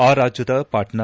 ಆ ರಾಜ್ಯದ ಪಾಟ್ನಾ